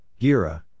gira